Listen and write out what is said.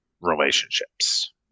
relationships